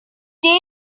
day